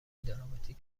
دراماتیک